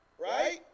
Right